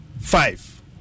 five